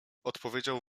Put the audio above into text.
odpowiedział